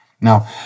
Now